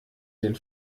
den